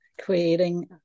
creating